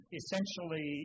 essentially